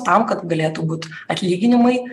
tam kad galėtų būt atlyginimai